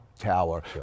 Tower